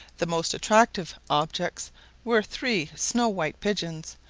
the most attractive objects were three snow-white pigeons,